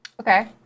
Okay